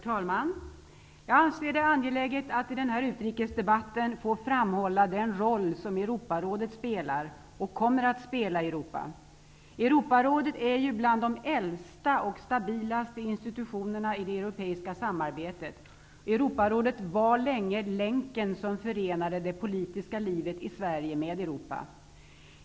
Herr talman! Jag anser det angeläget att i denna utrikesdebatt få framhålla den roll som Europarådet spelar och kommer att spela i Europa. Europarådet är bland de äldsta och stabilaste institutionerna i det europeiska samarbetet. Europarådet var länge länken som förenade det politiska livet i Sverige med Europa.